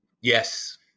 Yes